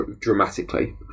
dramatically